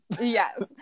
Yes